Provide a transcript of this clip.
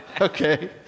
Okay